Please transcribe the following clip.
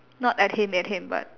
not at him eat him but